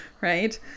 right